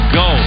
go